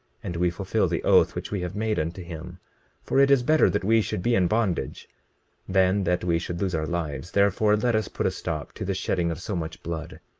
and we fulfil the oath which we have made unto him for it is better that we should be in bondage than that we should lose our lives therefore, let us put a stop to the shedding of so much blood.